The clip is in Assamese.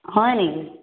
হয় নেকি